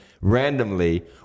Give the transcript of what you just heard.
randomly